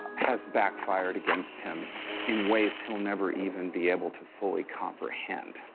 has backfired against him in ways he'll never even be able to fully comprehend.